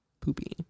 poopy